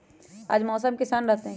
आज मौसम किसान रहतै?